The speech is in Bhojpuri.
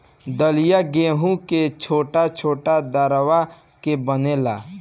दलिया गेंहू के छोट छोट दरवा के बनेला